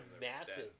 massive